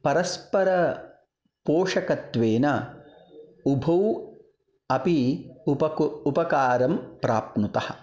परस्परपोषकत्वेन उभौ अपि उपकु उपकारं प्राप्नुतः